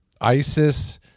ISIS